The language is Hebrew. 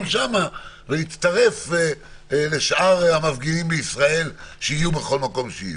המוגבל ולהצטרף לשאר המפגינים בישראל שיהיו בכל מקום שיהיו.